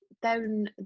down